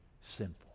sinful